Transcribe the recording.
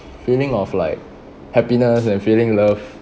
feeling of like happiness and feeling loved